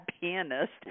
pianist